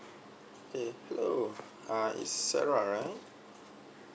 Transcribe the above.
okay hello uh it's sarah right